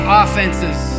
offenses